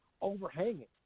overhanging